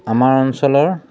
আমাৰ অঞ্চলৰ